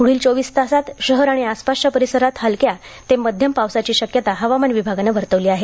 पुढील चोवीस तासांत शहर आणि आसपासच्या परिसरांत हलक्या तो मध्यम पावसाची शक्यता हवामान विभागानं वर्तवली आहे